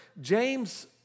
James